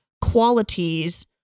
qualities